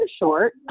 short